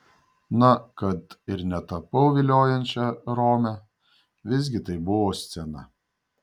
na kad ir netapau viliojančia rome visgi tai buvo scena